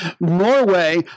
Norway